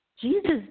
Jesus